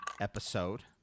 episode